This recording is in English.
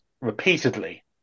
repeatedly